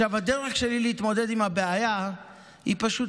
הדרך שלי להתמודד עם הבעיה היא פשוט